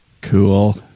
Cool